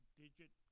digit